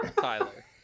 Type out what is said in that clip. Tyler